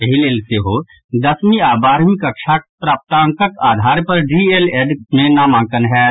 एहि लेल सेहो दसवीं आओर बारहवीं कक्षाक प्राप्तांकक आधार पर डीएलएड मे नामांकन होयत